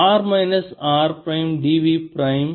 r minus r prime d v prime